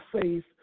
faith